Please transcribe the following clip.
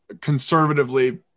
conservatively